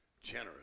generous